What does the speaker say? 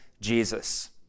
Jesus